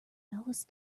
alice